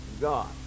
God